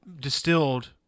distilled